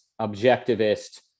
objectivist